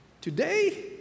Today